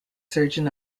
surgeon